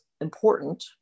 important